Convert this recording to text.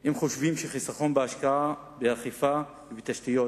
אם חושבים שחיסכון בהשקעה, באכיפה ובתשתיות